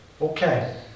Okay